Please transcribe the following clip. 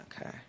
okay